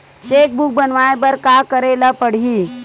Cheque book बनवाय बर का करे ल पड़हि?